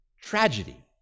tragedy